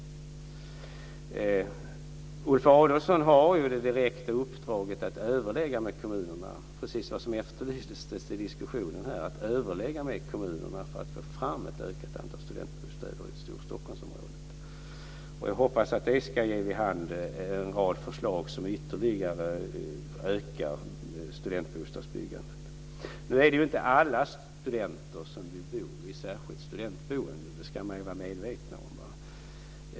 Ulf Adelsohn har ju det direkta uppdraget att överlägga med kommunerna, precis som efterlystes här i diskussionen, för att få fram ett ökat antal studentbostäder i Storstockholmsområdet. Jag hoppas att det ska ge vid handen en rad förslag som ytterligare ökar studentbostadsbyggandet. Man ska vara medveten om att det inte är alla studenter som vill bo i studentboende.